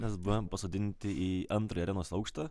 nes buvom pasodinti į antrąją arenos aukštą